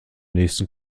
nächsten